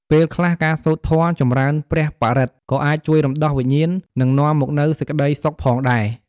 ពេលខ្លះការសូត្រធម៌ចំរើនព្រះបរិត្ត ក៏អាចជួយរំដោះវិញ្ញាណ និងនាំមកនូវសេចក្តីសុខផងដែរ។